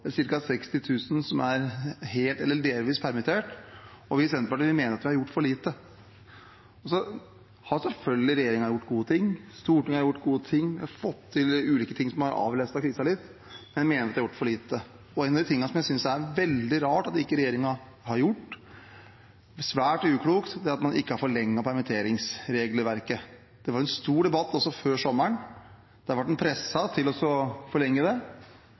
60 000 som er helt eller delvis permittert. Vi i Senterpartiet mener at vi har gjort for lite. Regjeringen har selvfølgelig gjort gode ting, Stortinget har gjort gode ting, vi har fått til ulike ting som har avlastet krisen litt, men jeg mener at det er gjort for lite. En av de tingene som jeg synes det er veldig rart at ikke regjeringen har gjort – og svært uklokt – er å forlenge permitteringsregelverket. Det var en stor debatt også før sommeren. Da ble man presset til å forlenge det